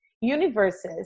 universes